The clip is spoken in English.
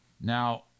now